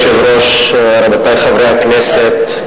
כבוד היושב-ראש, רבותי חברי הכנסת,